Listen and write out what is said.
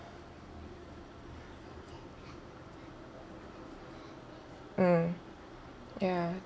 mm ya no